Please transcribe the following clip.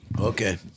Okay